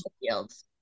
yields